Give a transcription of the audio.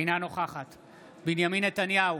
אינה נוכחת בנימין נתניהו,